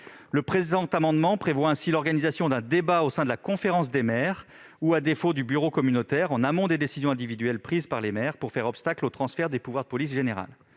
Le présent amendement vise ainsi à prévoir l'organisation d'un débat au sein de la conférence des maires ou, à défaut, du bureau communautaire, en amont des décisions individuelles prises par les maires pour faire obstacle au transfert des pouvoirs de police spéciale.